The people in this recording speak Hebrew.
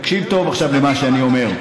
תקשיב טוב למה שאני אומר.